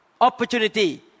opportunity